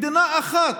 מדינה אחת,